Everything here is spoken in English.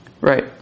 Right